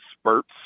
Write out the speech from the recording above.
spurts